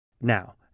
now